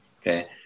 Okay